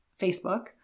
Facebook